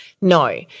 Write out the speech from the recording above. No